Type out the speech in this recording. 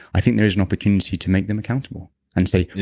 i think there is an opportunity to make them accountable and say,